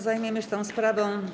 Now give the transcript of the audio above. Zajmiemy się tą sprawą.